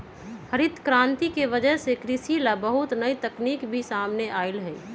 हरित करांति के वजह से कृषि ला बहुत नई तकनीक भी सामने अईलय है